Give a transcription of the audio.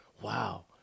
Wow